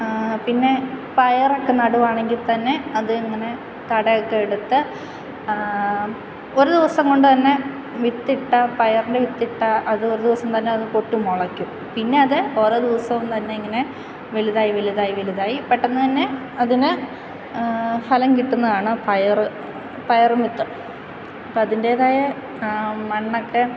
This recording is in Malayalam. പിന്നെ പയറൊക്കെ നടുകയാണെങ്കിൽ തന്നെ അതിങ്ങനെ തടയൊക്കെയെടുത്ത് ഒരു ദിവസം കൊണ്ട് തന്നെ വിത്തിട്ടാൽ പയറിൻ്റെ വിത്തിട്ടാൽ അത് ഒരു ദിവസം കൊണ്ട് തന്നെ അത് പൊട്ടിമുളക്കും പിന്നെ അത് ഓരോ ദിവസവും തന്നെ ഇങ്ങനെ വലുതായി വലുതായി വലുതായി പെട്ടെന്ന് തന്നെ അതിന് ഫലം കിട്ടുന്നതാണ് പയർ പയർ വിത്ത് അപ്പോൾ അതിൻ്റെതായ മണ്ണൊക്കെ